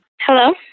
Hello